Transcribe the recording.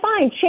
fine